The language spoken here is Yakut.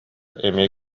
эмиэ